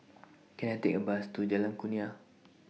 Can I Take A Bus to Jalan Kurnia